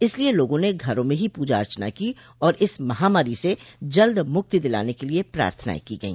इसलिये लोगों ने घरों में ही पूजा अर्चना की और इस महामारी से जल्द मुक्ति दिलाने के लिये प्रार्थनाएं की गई